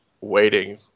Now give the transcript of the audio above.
waiting